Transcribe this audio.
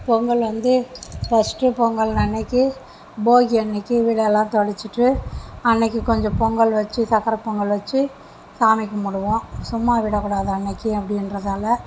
பொங்கல் வந்து ஃபர்ஸ்ட்டு பொங்கல் அன்னிக்கி போகி அன்னிக்கி வீடு எல்லாம் துடச்சிட்டு அன்னிக்கி கொஞ்சம் பொங்கல் வச்சு சக்கரைப் பொங்கல் வச்சு சாமி கும்பிடுவோம் சும்மா விடக்கூடாது அன்னிக்கி அப்படின்றதால